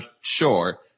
sure